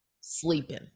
sleeping